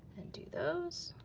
and do those.